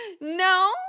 no